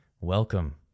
welcome